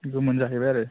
बेखौ मोनजाहैबाय आरो